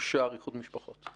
אושר איחוד משפחות.